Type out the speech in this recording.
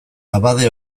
abade